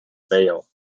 bail